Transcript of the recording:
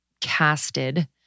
casted